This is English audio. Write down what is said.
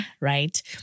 right